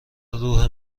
روح